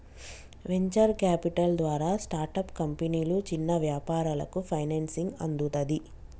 venture capital ద్వారా startup కంపెనీలు, చిన్న వ్యాపారాలకు ఫైనాన్సింగ్ అందుతది